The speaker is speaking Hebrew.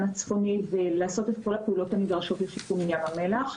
הצפוני ולעשות את הפעולות הנדרשות לשיקום ים המלח.